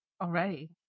Already